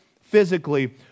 physically